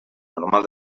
normal